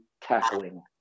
tackling